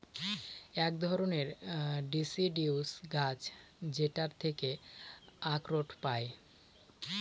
এক ধরনের ডিসিডিউস গাছ যেটার থেকে আখরোট পায়